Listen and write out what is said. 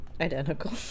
identical